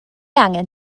angen